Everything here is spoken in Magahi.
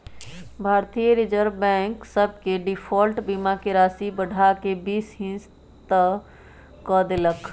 भारतीय रिजर्व बैंक बैंक सभ के डिफॉल्ट बीमा के राशि बढ़ा कऽ बीस हिस क देल्कै